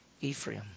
Ephraim